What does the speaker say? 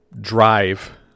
drive